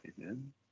Amen